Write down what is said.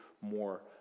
more